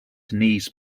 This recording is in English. denniz